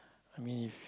I mean if